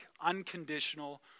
Unconditional